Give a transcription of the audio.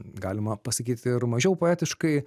galima pasakyt ir mažiau poetiškai